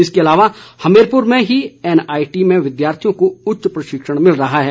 इसके अलावा हमीरपुर में ही एनआईटी में विद्यार्थियों को उच्च प्रशिक्षण मिल रहा है